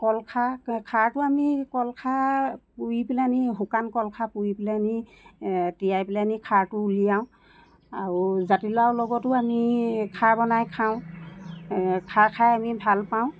কল খাৰ খাৰটো আমি কল খাৰ পুৰি পেলানি শুকান কল খাৰ পুৰি পেলানি তিয়াই পেলানি খাৰটো উলিয়াওঁ আৰু জাতিলাও লগতো আমি খাৰ বনাই খাওঁ খাৰ খাই আমি ভাল পাওঁ